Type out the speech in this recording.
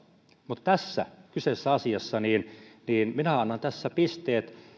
mutta tässä kyseisessä asiassa minä annan pisteet